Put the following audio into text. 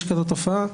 יש כזאת תופעה.